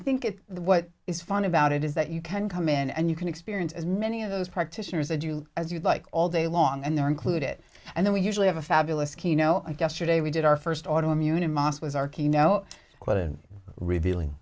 think it's what is fun about it is that you can come in and you can experience as many of those practitioners and you as you'd like all day long and they're included and then we usually have a fabulous keno i guess today we did our first auto immune mosque was our keno quite a revealing